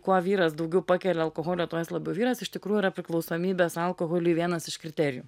kuo vyras daugiau pakelia alkoholio tuo jis labiau vyras iš tikrųjų yra priklausomybės alkoholiui vienas iš kriterijų